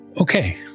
Okay